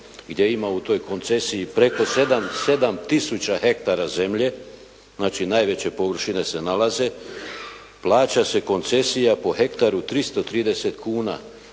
gdje ima u toj koncesiji preko 7 tisuća hektara zemlje, znači najveće površine se nalaze, plaća se koncesija po hektaru 330 kuna,